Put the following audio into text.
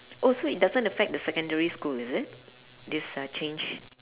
oh so it doesn't affect the secondary school is it this uh change